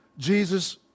Jesus